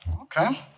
Okay